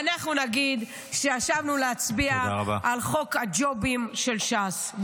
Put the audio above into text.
אנחנו נגיד שישבנו להצביע על חוק הג'ובים של ש"ס.